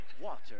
Water